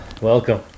Welcome